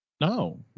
No